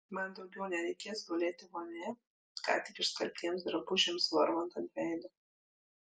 man daugiau nereikės gulėti vonioje ką tik išskalbtiems drabužiams varvant ant veido